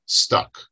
stuck